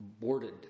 boarded